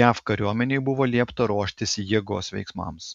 jav kariuomenei buvo liepta ruoštis jėgos veiksmams